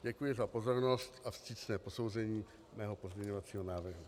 Děkuji za pozornost a vstřícné posouzení mého pozměňovacího návrhu.